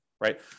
right